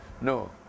No